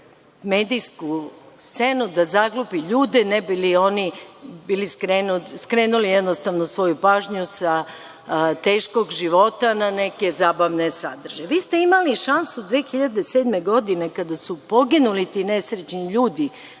medijsku scenu, da zaglupi ljude ne bi li oni skrenuli svoju pažnju sa teškog života na neke zabavne sadržaje. Vi ste imali šansu 2007. godine kada su poginuli ti nesrećni ljudi,